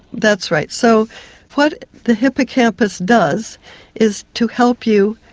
that's right. so what the hippocampus does is to help you,